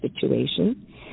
situation